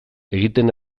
egiten